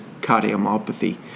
cardiomyopathy